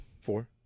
Four